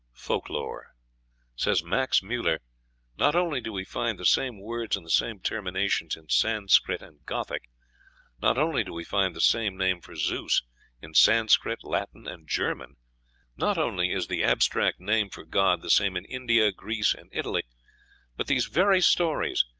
folk-lore says max muller not only do we find the same words and the same terminations in sanscrit and gothic not only do we find the same name for zeus in sanscrit, latin, and german not only is the abstract name for god the same in india, greece, and italy but these very stories,